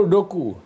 Doku